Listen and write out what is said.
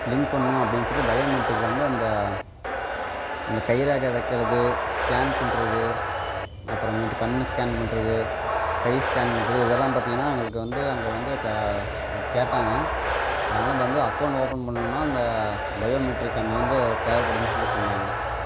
link பண்ணும் அப்படின்னு சொல்லிவிட்டு பயோமெட்ரிக்கில வந்து அந்த இந்த கைரேகை வைக்கறது ஸ்கேன் பண்ணுறது அப்புறமேட்டு கண்ணு ஸ்கேன் பண்ணுறது கை ஸ்கேன் பண்ணுறது இதெல்லாம் பார்த்தீங்கன்னா எங்களுக்கு வந்து அங்கே வந்து க அது கேட்டாங்க அதனால் வந்து அக்கௌண்ட் ஓப்பன் பண்ணுன்னா அந்த பயோமெட்ரிக் அங்கே வந்து தேவைப்படுதுன்னு சொல்லி சொன்னாங்க